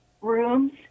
rooms